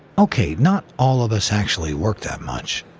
ok, not all of us actually work that much,